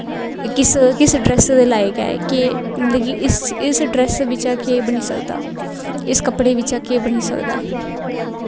किस ड्रैस दे लाइक ऐ केह् मतलब कि इस ड्रैस बिच्च दा केह् बनी सकदा इस कपड़े बिच्च दा केह् बनी सकदा